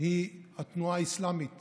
היא התנועה האסלאמית